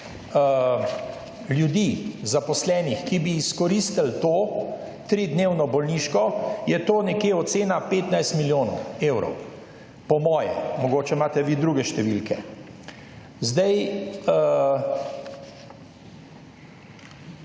ljudi zaposlenih, ki bi izkoristili to, tridnevno bolniško, je to nekje ocena 15 milijonov evrov. Po moje, mogoče imate vi druge številke. Zdaj,